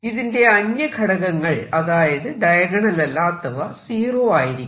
ഇതിന്റെ അന്യ ഘടകങ്ങൾ അതായത് ഡയഗണൽ അല്ലാത്തവ സീറോ ആയിരിക്കും